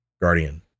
guardian